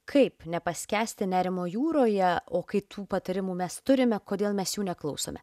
kaip nepaskęsti nerimo jūroje o kai tų patarimų mes turime kodėl mes jų neklausome